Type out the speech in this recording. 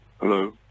Hello